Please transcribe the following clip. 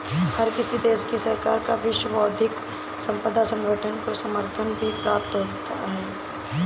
हर किसी देश की सरकार का विश्व बौद्धिक संपदा संगठन को समर्थन भी प्राप्त है